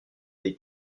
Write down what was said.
des